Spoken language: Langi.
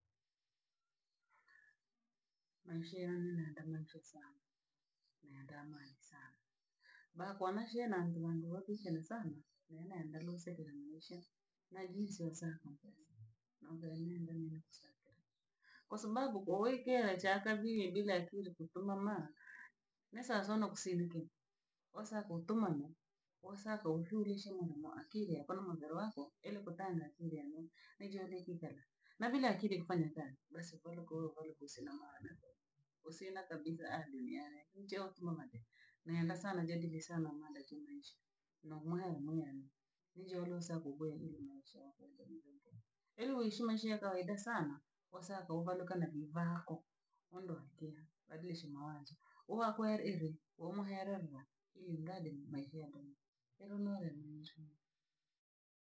Maisha yana nenda nanchu sana, nenda amani sana. Baa kwa maisha na sana, ninenda nusekera nuishe, naijishe nusanako numpesa, naomba inine ine, kwasababu koo uwiikela chaaka vii bila akiri kutumama, ni sawa sawa na kusina kintu, kosa kutumama, kosa koumfulishe maa akiri yako na muviri waako, iri kutanga viri nicha urikiikala, navile akiri kufanya kazi basi kulukulukulu kusina maana, kusina kabisa adi niae nchio tuma mate, neenda sana jadiri sana mada ja maisha, no mwa anwenya, ni jole usa gugwenu umaisha yako. Ili uishi maisha yakawaida sana, usaka uvaluke na vii vaako. ondoa akira badilisha mawazo uhu akuhere iri, umuhera rire ili ngaje ni hela.